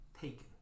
taken